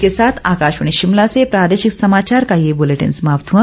इसी के साथ आकाशवाणी शिमला से प्रादेशिक समाचार का ये बुलेटिन समाप्त हुआ